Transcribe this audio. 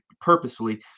purposely